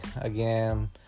again